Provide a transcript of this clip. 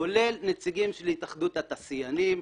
כולל נציגים של התאחדות התעשיינים.